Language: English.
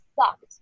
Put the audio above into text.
sucked